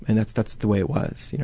and that's that's the way it was, you know?